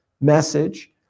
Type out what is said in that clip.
message